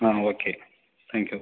ah okay thank you